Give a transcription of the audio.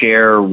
share